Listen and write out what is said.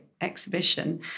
exhibition